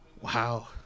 Wow